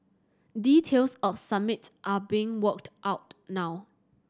details of summit are being worked out now